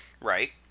Right